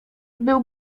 był